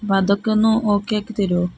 അപ്പോള് അതൊക്കെയൊന്ന് ഓക്കെയാക്കിത്തരുമോ